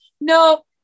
no